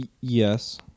yes